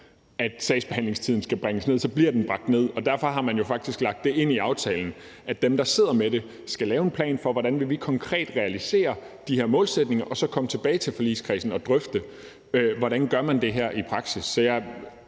at sagsbehandlingstiden skal bringes ned, så bliver den bragt ned. Derfor har man jo faktisk lagt det ind i aftalen, at dem, der sidder med det, skal lave en plan for, hvordan man konkret vil realisere de her målsætninger, og så komme tilbage til forligskredsen og drøfte, hvordan man gør det her i praksis. Så jeg